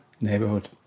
neighborhood